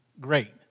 great